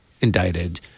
indicted